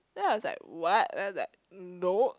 then I was like what then I was like no